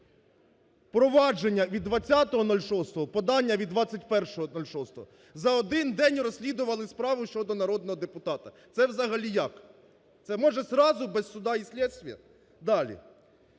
Провадження від 20.06-го, подання від 21.06-го. За один день розслідували справу щодо народного депутата. Це взагалі як? Це може зразу "без суда и следствия"? Далі